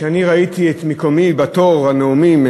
כשאני ראיתי את מקומי בתור הנואמים,